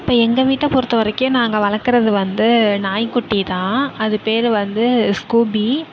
இப்போ எங்கள் வீட்டை பொறுத்த வரைக்கும் நாங்கள் வளர்க்கறது வந்து நாய்க்குட்டி தான் அது பேர் வந்து ஸ்கூபி